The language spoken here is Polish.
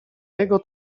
jego